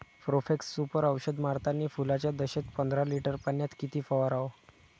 Profex Super औषध मारतानी फुलाच्या दशेत पंदरा लिटर पाण्यात किती फवाराव?